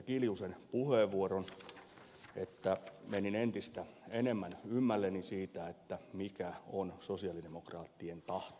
kiljusen puheenvuoron että menin entistä enemmän ymmälleni siitä mikä on sosialidemokraattien tahto